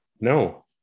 No